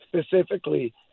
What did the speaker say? specifically